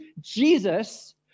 Jesus